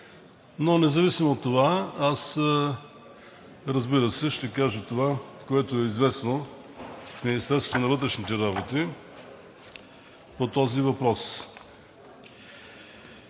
но независимо от това, разбира се, аз ще кажа това, което е известно в Министерството на вътрешните работи по този въпрос.